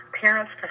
parents